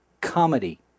comedy